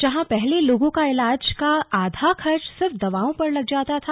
जहां पहले लोगों का इलाज का आधा खर्च सिर्फ दवाओं पर लग जाता था